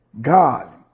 God